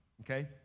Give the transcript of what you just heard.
okay